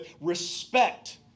respect